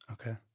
Okay